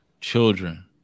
children